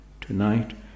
tonight